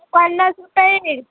पन्नास रुपया एक